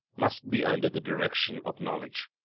must be under the direction of knowledge.